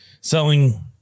selling